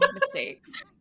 mistakes